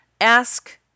Ask